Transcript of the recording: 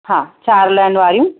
हा चारि लाइन वारियूं